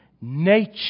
nature